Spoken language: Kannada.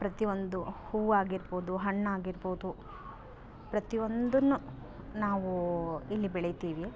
ಪ್ರತಿಯೊಂದು ಹೂ ಆಗಿರ್ಬೋದು ಹಣ್ಣು ಆಗಿರ್ಬೋದು ಪ್ರತಿಯೊಂದನ್ನು ನಾವು ಇಲ್ಲಿ ಬೆಳಿತೀವಿ